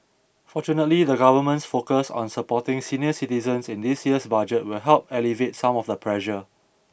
fortunately the government's focus on supporting senior citizens in this year's budget will help alleviate some of the pressure